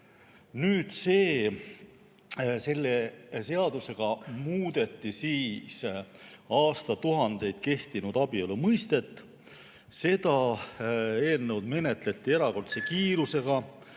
isikul. Selle seadusega muudeti aastatuhandeid kehtinud abielumõistet. Seda eelnõu menetleti erakordse kiirusega,